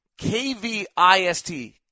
Kvist